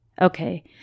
Okay